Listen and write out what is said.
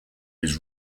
his